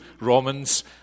Romans